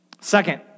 Second